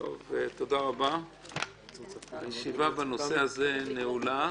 תודה רבה הישיבה בנושא הזה נעולה.